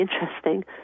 interesting